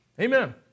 Amen